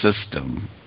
system